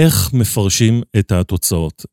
‫איך מפרשים את התוצאות.